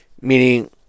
Meaning